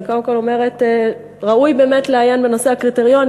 אני קודם כול אומרת: ראוי באמת לעיין בנושא הקריטריונים,